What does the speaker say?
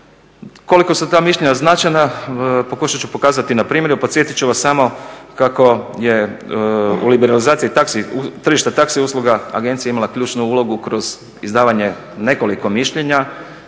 Koliko su ta mišljenja značajna pokušat ću pokazati na primjeru. Podsjetit ću vas samo kako je u liberalizaciji tržišta taxi usluga agencija imala ključnu ulogu kroz izdavanje nekoliko mišljenja